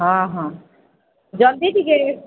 ହଁ ହଁ ଜଲ୍ଦି ଟିକେ